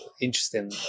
interesting